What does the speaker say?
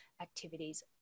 activities